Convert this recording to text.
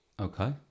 Okay